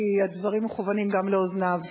כי הדברים מכוונים גם לאוזניו.